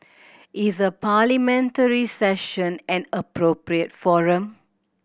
is a Parliamentary Session an appropriate forum